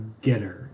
getter